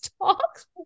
talks